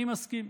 אני מסכים.